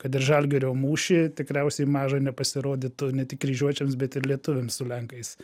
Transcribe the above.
kad ir žalgirio mūšį tikriausiai maža nepasirodytų ne tik kryžiuočiams bet ir lietuviams su lenkais